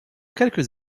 quelques